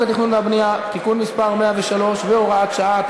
הצעת חוק התכנון והבנייה (תיקון מס' 103 והוראת שעה),